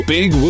Big